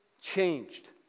changed